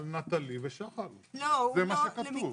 על "נטלי" ו"שחל" זה מה שכתוב.